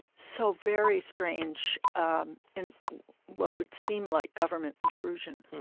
so very strange um in what would seem like government intrusion